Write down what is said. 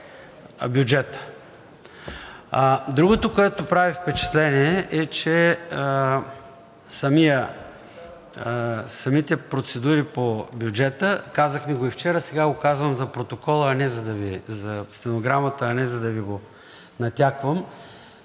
Другото, което прави впечатление, е, че самите процедури по бюджета – казахме го и вчера, сега го казвам за протокола, за стенограмата,